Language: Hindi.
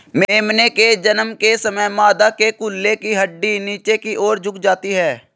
मेमने के जन्म के समय मादा के कूल्हे की हड्डी नीचे की और झुक जाती है